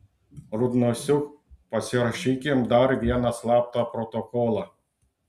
rudnosiuk pasirašykim dar vieną slaptą protokolą